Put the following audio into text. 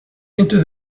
into